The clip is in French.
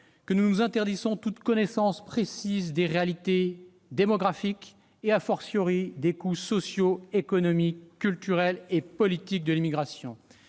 que nous nous interdisons toute connaissance précise des réalités démographiques et,, des coûts sociaux, économiques, culturels et politiques de l'immigration.